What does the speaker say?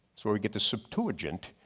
so we get to sub to urgent,